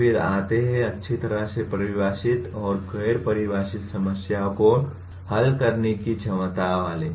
फिर आते है अच्छी तरह से परिभाषित और गैर परिभाषित समस्याओं को हल करने की क्षमता वाले